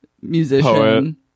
musician